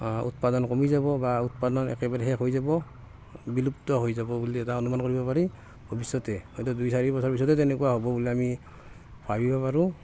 উৎপাদন কমি যাব বা উৎপাদন একেবাৰে শেষ হৈ যাব বিলুপ্ত হৈ যাব বুলি এটা অনুমান কৰিব পাৰি ভৱিষ্যতে হয়তো দুই চাৰি বছৰ পিছতে তেনেকুৱা হ'ব বুলি আমি ভাবিব পাৰোঁ